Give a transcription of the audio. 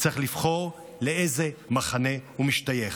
צריך לבחור לאיזה מחנה הוא משתייך,